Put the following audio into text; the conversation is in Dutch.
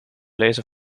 lezen